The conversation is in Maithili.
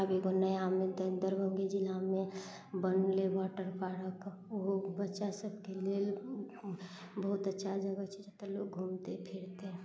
एगो नयामे तऽ दरभंगे जिलामे बनले वाटर पार्क ओहो बच्चा सबके लेल बहुत अच्छा जगह छै जतऽ लोग घूमते फिरतै